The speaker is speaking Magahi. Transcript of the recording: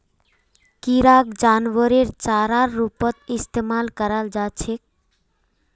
किराक जानवरेर चारार रूपत इस्तमाल कराल जा छेक